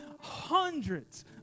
hundreds